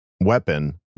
weapon